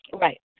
right